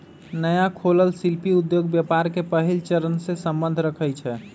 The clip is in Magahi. नया खोलल शिल्पि उद्योग व्यापार के पहिल चरणसे सम्बंध रखइ छै